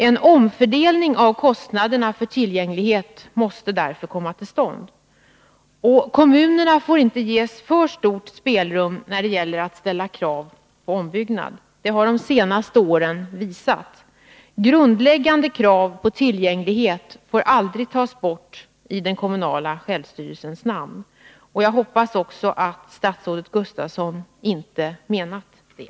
En omfördelning av kostnaderna för tillgänglighet måste därför komma till stånd. Kommunerna får inte ges för stort spelrum när det gäller att ställa krav på ombyggnad. Det har de senaste åren visat. Grundläggande krav på tillgänglighet får aldrig tas bort i den kommunala självstyrelsens namn. Jag hoppas också att statsrådet Gustafsson inte menat det.